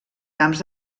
camps